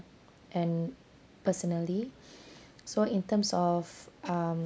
and personally so in terms of um